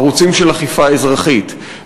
ערוצים של אכיפה אזרחית,